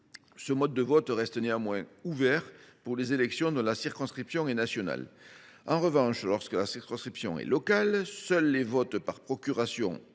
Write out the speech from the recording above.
Cette modalité de vote reste néanmoins ouverte pour les élections dont la circonscription est nationale. En revanche, lorsque la circonscription est locale, seuls doivent être possibles